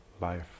life